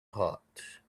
hot